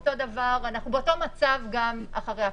אנחנו באותו מצב גם אחרי הפיצול.